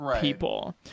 people